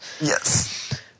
Yes